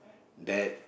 that